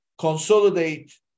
consolidate